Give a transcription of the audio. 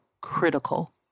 critical